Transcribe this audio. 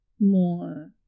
More